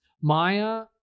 Maya